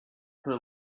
her